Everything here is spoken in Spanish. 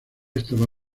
estaba